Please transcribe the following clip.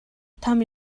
том